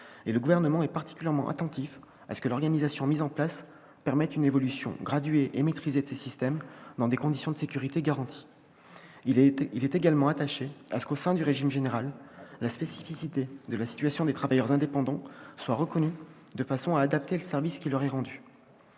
Le Gouvernement est particulièrement attentif à ce que l'organisation mise en place permette une évolution graduée et maîtrisée de ces systèmes, dans des conditions de sécurité garanties. Je veux aussi dire son attachement à la reconnaissance, au sein du régime général, de la spécificité de la situation des travailleurs indépendants, de façon à adapter le service qui leur est rendu.